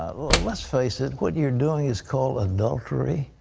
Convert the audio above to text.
ah ah let's face it, what you're doing is called adultery.